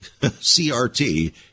CRT